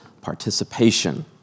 participation